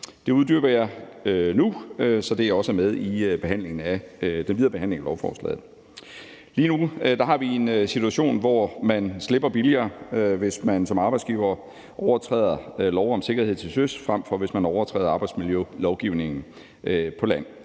Det uddyber jeg nu, så det også er med i den videre behandling af lovforslaget. Lige nu har vi en situation, hvor man slipper billigere, hvis man som arbejdsgiver overtræder lov om sikkerhed til søs, frem for hvis man overtræder arbejdsmiljølovgivningen på land.